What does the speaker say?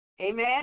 Amen